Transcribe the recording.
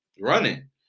running